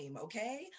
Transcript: okay